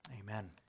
Amen